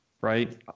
right